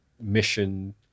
mission